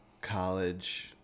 college